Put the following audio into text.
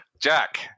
Jack